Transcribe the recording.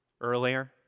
earlier